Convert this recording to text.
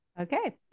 Okay